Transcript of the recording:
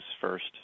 first